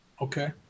Okay